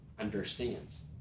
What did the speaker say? understands